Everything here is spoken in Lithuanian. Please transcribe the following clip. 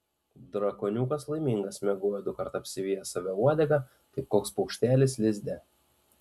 drakoniukas laimingas miegojo dukart apsivijęs save uodega kaip koks paukštelis lizde